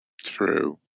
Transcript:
true